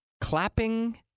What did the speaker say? Clapping